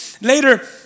Later